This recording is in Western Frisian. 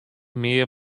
mear